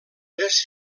tres